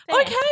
Okay